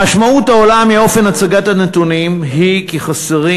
המשמעות העולה מאופן הצגת הנתונים היא כי חסרים